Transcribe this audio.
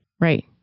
Right